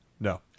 no